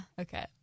okay